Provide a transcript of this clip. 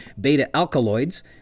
beta-alkaloids